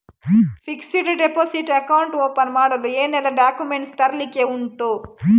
Fixed deposit account open ಮಾಡಲು ಏನೆಲ್ಲಾ documents ತರ್ಲಿಕ್ಕೆ ಉಂಟು?